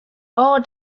all